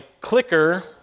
clicker